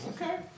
Okay